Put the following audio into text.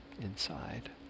inside